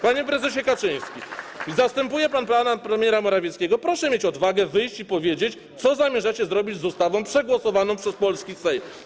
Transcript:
Panie prezesie Kaczyński, zastępuje pan pana premiera Morawieckiego, proszę mieć odwagę wyjść i powiedzieć, co zamierzacie zrobić z ustawą przegłosowaną przez polski Sejm.